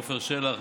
עפר שלח,